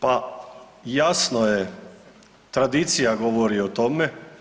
Pa jasno je tradicija govori o tome.